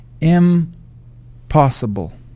impossible